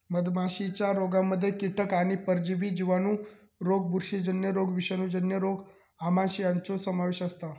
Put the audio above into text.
मधमाशीच्या रोगांमध्ये कीटक आणि परजीवी जिवाणू रोग बुरशीजन्य रोग विषाणूजन्य रोग आमांश यांचो समावेश असता